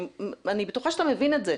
אני בטוחה שאתה מבין את זה,